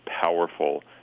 powerful